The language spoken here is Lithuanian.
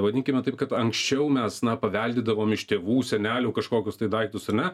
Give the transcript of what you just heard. vadinkime taip kad anksčiau mes na paveldėdavom iš tėvų senelių kažkokius tai daiktus ar ne